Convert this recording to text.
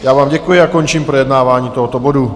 Já vám děkuji a končím projednávání tohoto bodu.